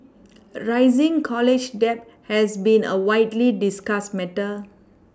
rising college debt has been a widely discussed matter